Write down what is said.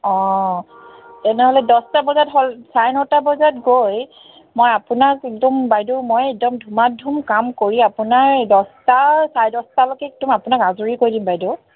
অঁ তেনেহ'লে দহটা বজাত হ'ল চাৰে নটা বজাত গৈ মই আপোনাক একদম বাইদেউ মই একদম ধুমাধুম কাম কৰি আপোনাৰ দহটা চাৰে দহটালৈকে একদম আপোনাক আজৰি কৰি দিম বাইদেউ